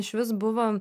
išvis buvo